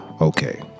Okay